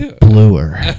bluer